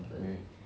right